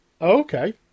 Okay